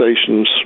stations